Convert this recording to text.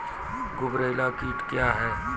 गुबरैला कीट क्या हैं?